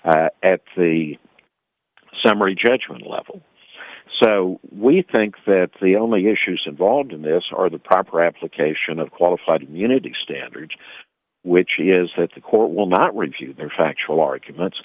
at the summary judgment level so we think that the only issues involved in this are the proper application of qualified immunity standards which is that the court will not refute their factual arguments